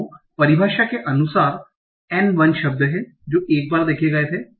तो परिभाषा के अनुसार N 1 शब्द हैं जो एक बार देखे गये थे